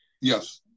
Yes